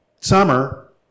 summer